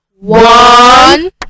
one